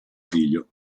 figlio